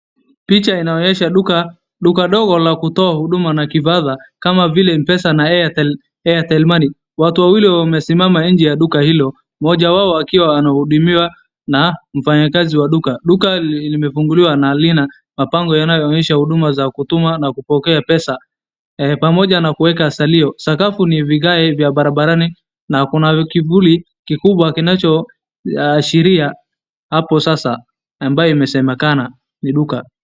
Picha inaonyesha duka, duka dogo la kutoa huduma na kibaza kama vile m pesa na airtel money. Watu wawili wamesimama nje ya duka hilo, mmoja wao akiwa anahudumiwa na mfanyakazi wa duka. Duka li-limepunguliwa na lina mapango yanaonesha huduma za kutuma na kupokea pesa, pamoja na kuweka salio. Sakafu ni vigai vya barabarani na kuna kivuli kikubwa kinachoashiria hapo sasa, ambayo imesemekana ni duka.